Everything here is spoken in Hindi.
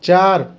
चार